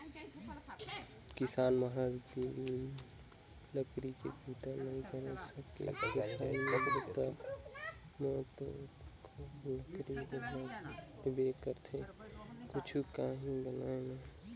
किसान मन हर बिन लकरी के बूता नइ कर सके किसानी बूता म तो लकरी लगबे करथे कुछु काही बनाय म